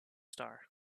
star